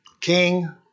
king